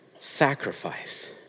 sacrifice